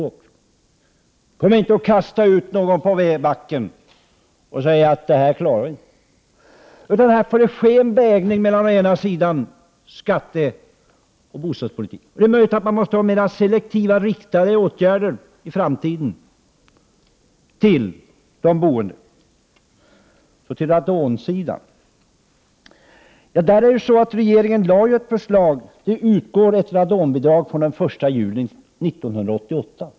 Vi kommer inte att kasta ut någon på vedbacken och säga att det här klarar vi inte. Här får det ske en avvägning mellan å ena sidan skatteoch å andra sidan bostadspolitiken. Det är möjligt att man i framtiden måste ha mera selektiva, till de boende riktade åtgärder. Så till radonsidan. Regeringen lade fram ett förslag, och det utgår ett radonbidrag sedan den 1 juni 1988.